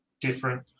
different